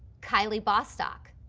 kylie bostock,